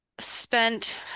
spent